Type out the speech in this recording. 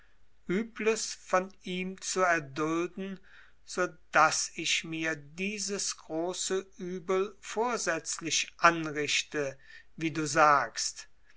übles von ihm zu erdulden so daß ich mir dieses große übel vorsätzlich anrichte wie du sagst